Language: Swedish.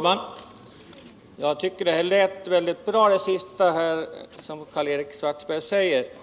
Herr talman! Det sista som Karl-Erik Svartberg sade tyckte